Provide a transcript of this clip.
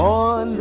on